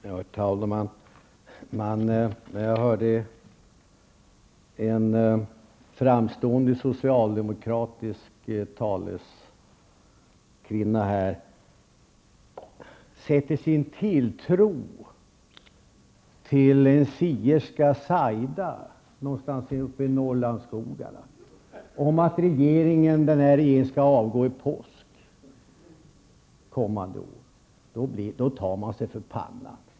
Herr talman! När jag hörde en framstående socialdemokratisk taleskvinna sätta sin tilltro till det en sierska, Saida, någonstans uppe i Norrlandsskogarna, har sagt om att den här regeringen skall avgå vid påsk kommande år, tar man sig för pannan.